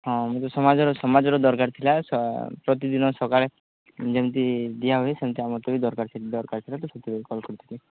ହଁ ମୁଁ ତ ସମାଜର ସମାଜର ଦରକାର ଥିଲା ପ୍ରତିଦିନ ସକାଳେ ଯେମିତି ଦିଆହୁଏ ସେମିତି ଆମକୁ ବି ଦରକାର ଦରକାର ଥିଲା ତ ସେଥିପାଇଁ କଲ୍ କରିଥିଲି